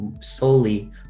solely